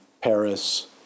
Paris